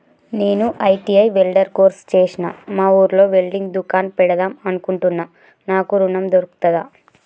నేను ITI welder course చేశ్న మా ఊర్లో వెల్డింగ్ దుకాన్ పెడదాం అనుకుంటున్నా నాకు ఋణం దొర్కుతదా?